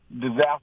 disaster